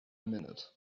minute